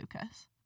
focus